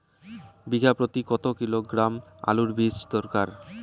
বিঘা প্রতি কত কিলোগ্রাম আলুর বীজ দরকার?